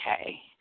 okay